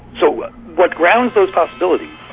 so what what grounds those possibilities,